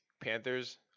Panthers